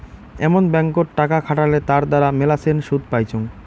এমন ব্যাঙ্কত টাকা খাটালে তার দ্বারা মেলাছেন শুধ পাইচুঙ